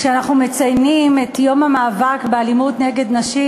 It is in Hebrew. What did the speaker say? כשאנחנו מציינים את יום המאבק באלימות נגד נשים,